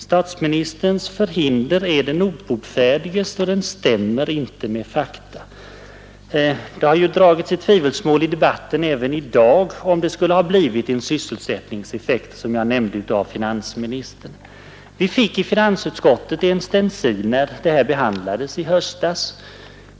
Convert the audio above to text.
Statsministerns förhinder är den obotfärdiges, hans syn stämmer inte med fakta, liksom inte heller finansministerns som i dag har dragit i tvivelsmål att det skulle ha blivit en sådan sysselsättningseffekt som jag nämnde. Vi fick i finansutskottet en stencil när den här frågan behandlades i höstas.